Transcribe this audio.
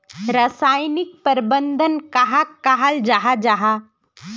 रासायनिक प्रबंधन कहाक कहाल जाहा जाहा?